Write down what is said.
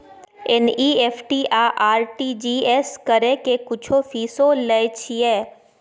NEFT आ RTGS करै के कुछो फीसो लय छियै?